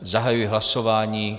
Zahajuji hlasování.